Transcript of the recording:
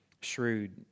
shrewd